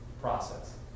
process